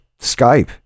skype